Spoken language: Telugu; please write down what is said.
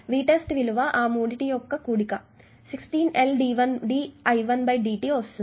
V test విలువ ఆ మూడింటి యొక్క కూడిక 16 LdI1dt వస్తుంది